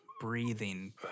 breathing